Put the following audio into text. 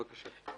בבקשה.